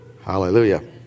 Hallelujah